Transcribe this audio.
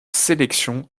sélection